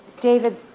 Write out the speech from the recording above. David